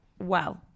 wow